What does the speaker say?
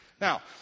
Now